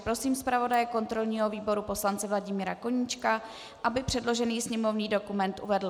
Prosím zpravodaje kontrolního výboru poslance Vladimíra Koníčka, aby předložený sněmovní dokument uvedl.